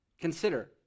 Consider